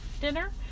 dinner